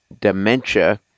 Dementia